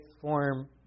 form